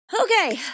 okay